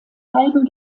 halbem